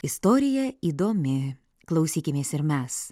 istorija įdomi klausykimės ir mes